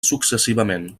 successivament